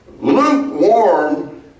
Lukewarm